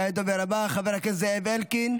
כעת הדובר הבא, חבר הכנסת זאב אלקין.